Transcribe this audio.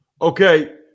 Okay